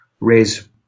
raise